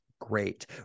great